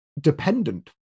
dependent